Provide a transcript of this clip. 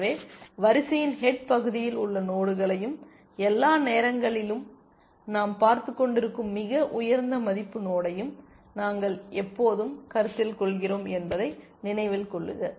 எனவே வரிசையின் ஹெட் பகுதியில் உள்ள நோடுகளையும் எல்லா நேரங்களிலும் நாம் பார்த்துக் கொண்டிருக்கும் மிக உயர்ந்த மதிப்பு நோடையும் நாங்கள் எப்போதும் கருத்தில் கொள்கிறோம் என்பதை நினைவில் கொள்க